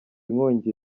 inkongi